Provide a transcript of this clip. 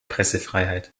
pressefreiheit